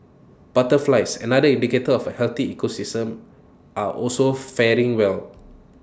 butterflies another indicator of A healthy ecosystem are also faring well